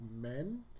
men